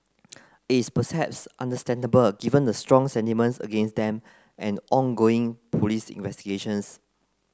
it is perhaps understandable given the strong sentiments against them and ongoing police investigations